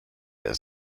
der